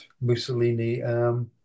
Mussolini